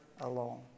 alone